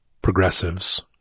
progressives